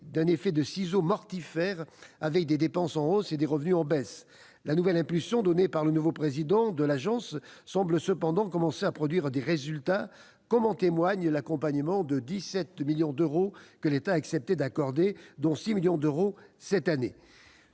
d'un effet ciseaux mortifère, avec des dépenses en hausse et des revenus en baisse. L'impulsion donnée par le nouveau président de l'agence semble toutefois commencer à produire des résultats, comme en témoigne l'accompagnement de 17 millions d'euros que l'État a accepté d'accorder, dont 6 millions d'euros cette année.